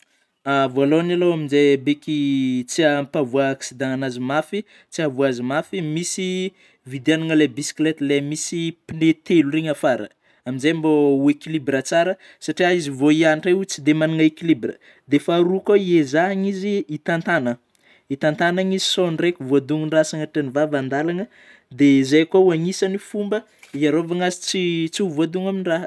Vôalôhany alôha amin'izay beky tsy hampavôa accident an'azy mafy, tsy ahavoa azy mafy; misy vidianana ilay bisikileta ilay misy pneu telo regny afarany amin'izay mbô ho équilibre tsara satria izy vao hianatra io tsy dia manana équilibre; dia faharoa koa ezahina izy hitantagna hitantanany sao ndraiky voadonan'ny raha sagnatria ny vava andalana dia zay koa anisany fômba hiarovana azy tsy, tsy ho voadonan'ny raha.